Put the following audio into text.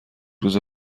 روز